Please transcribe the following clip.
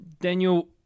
Daniel